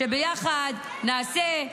שביחד נעשה,